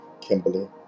Kimberly